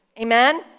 Amen